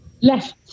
left